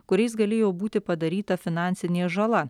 kuriais galėjo būti padaryta finansinė žala